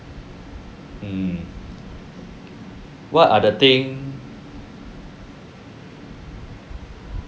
mm what are the thing